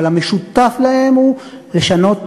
אבל המשותף להם הוא לשנות